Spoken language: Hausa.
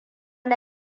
na